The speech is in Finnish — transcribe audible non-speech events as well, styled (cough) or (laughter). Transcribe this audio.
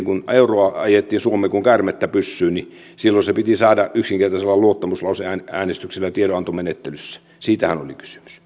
(unintelligible) kun euroa ajettiin suomeen kuin käärmettä pyssyyn niin silloin se piti saada yksinkertaisella luottamuslauseäänestyksellä tiedonantomenettelyssä siitähän oli kysymys